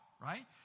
Right